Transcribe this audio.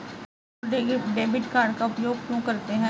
लोग debit card का उपयोग क्यों करते हैं?